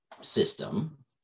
system